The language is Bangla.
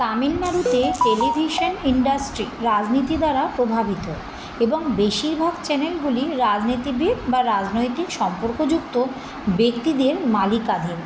তামিলনাড়ুতে টেলিভিশান ইন্ডাস্ট্রি রাজনীতি দ্বারা প্রভাবিত এবং বেশিরভাগ চ্যানেলগুলি রাজনীতিবিদ বা রাজনৈতিক সম্পর্কযুক্ত ব্যক্তিদের মালিকাধীন